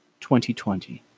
2020